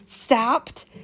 stopped